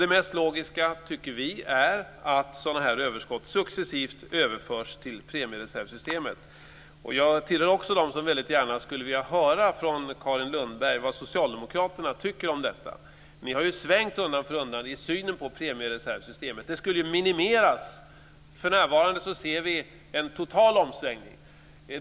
Det mest logiska, tycker vi, är att sådana överskott successivt överförs till premiereservssystemet. Jag tillhör också dem som väldigt gärna skulle vilja höra från Carin Lundberg vad socialdemokraterna tycker om detta. Ni har ju svängt undan för undan i synen på premiereservsystemet. Det skulle minimeras. För närvarande ser vi en total omsvängning.